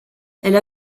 elle